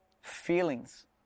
feelings